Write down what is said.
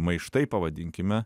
maištai pavadinkime